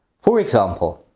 for example